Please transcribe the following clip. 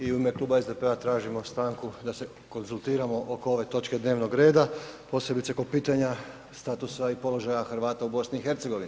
I u ime kluba SDP-a tražimo stanku da se konzultiramo oko ove točke dnevnog reda, posebice kod pitanja statusa i položaja Hrvata u BiH.